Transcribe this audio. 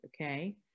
okay